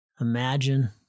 imagine